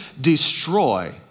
destroy